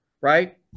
right